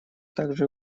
также